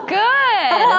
good